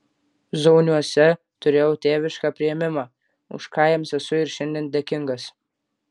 zauniuose turėjau tėvišką priėmimą už ką jiems esu ir šiandien dėkingas